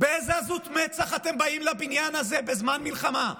באיזו עזות מצח אתם באים לבניין הזה בזמן מלחמה,